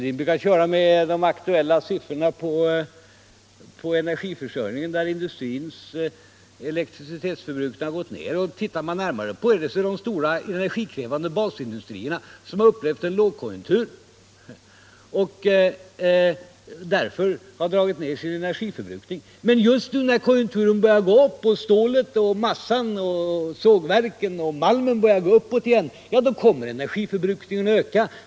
Ni brukar köra med de aktuella siffrorna på energiförsörjningen, och där har industrins elektricitetsförbrukning gått ner. Men om man ser närmare på saken finner man att det är stora, energikrävande basindustrierna som har upplevt en lågkonjunktur och därför dragit ner sin energiförbrukning. Och nu, när konjunkturerna börjar förbättras och stålet, massan, virket och malmen går upp igen, kommer energiförbrukningen att öka.